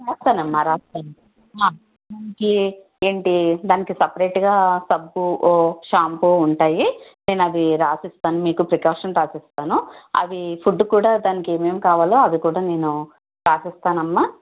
రాస్తానమ్మా రాస్తాను ఇంకేంటి దానికి సెపరేట్గా సబ్బు షాంపూ ఉంటాయి నేను అది రాసి ఇస్తాను మీకు ప్రికాషన్స్ రాసి ఇస్తాను అవి ఫుడ్ కూడా దానికి ఏమేమి కావాలో అవి కూడా నేను రాసి ఇస్తాను అమ్మా